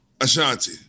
Ashanti